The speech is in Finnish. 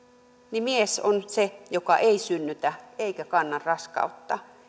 niin mies on se joka ei synnytä eikä kanna raskautta